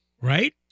right